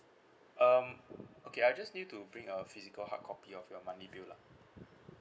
um okay I just need you to bring a physical hard copy of your monthly bill lah